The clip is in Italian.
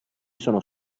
sono